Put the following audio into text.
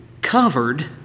covered